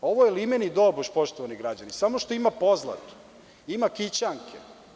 Ovo je „limeni doboš“, poštovani građani, samo što ima pozlatu, ima kićanke.